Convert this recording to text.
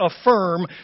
affirm